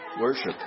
worship